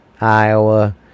Iowa